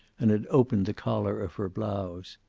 and had opened the collar of her blouse.